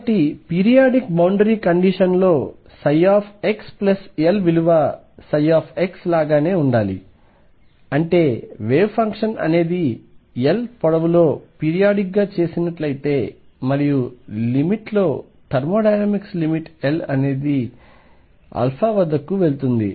కాబట్టి periodic boundary condition లోψxLవిలువ ψలాగానే ఉండాలి అంటే వేవ్ ఫంక్షన్ అనేది L పొడవులో పీరియాడిక్ గా చేసినట్లైతే మరియు లిమిట్ లో థర్మోడైనమిక్ లిమిట్ L అనేది వద్దకు వెళ్తుంది